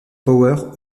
power